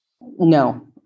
No